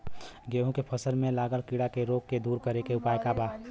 गेहूँ के फसल में लागल कीड़ा के रोग के दूर करे के उपाय का बा?